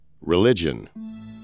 religion